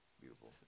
beautiful